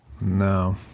No